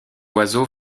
oiseau